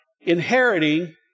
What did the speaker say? inheriting